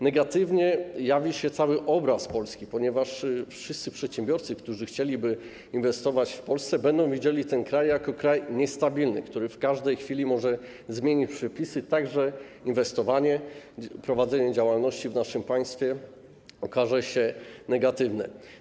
Negatywnie jawi się cały obraz Polski, ponieważ wszyscy przedsiębiorcy, którzy chcieliby inwestować w Polsce, będą widzieli ten kraj jako kraj niestabilny, który w każdej chwili może zmienić przepisy tak, że inwestowanie, prowadzenie działalności w naszym państwie okaże się negatywne.